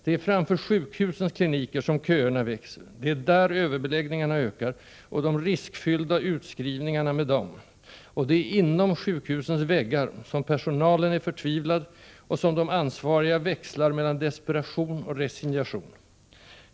Det är framför sjukhusens kliniker som köerna växer, det är där överbeläggningarna ökar och de riskfyllda utskrivningarna med dem, och det är inom sjukhusens väggar som personalen är förtvivlad och som de ansvariga växlar mellan desperation och resignation.